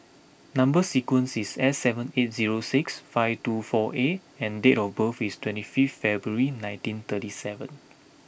number sequence is S seven eight zero six five two four A and date of birth is twenty fifth February nineteen thirty seven